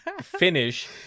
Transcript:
finish